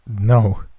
No